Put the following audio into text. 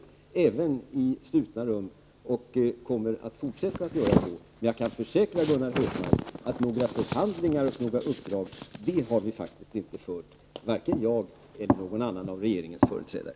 Jag kommer att fortsätta att göra det. Jag kan försäkra Gunnar Hökmark att några förhandlingar om uppdrag har vi inte fört — varken jag eller någon annan av regeringens företrädare.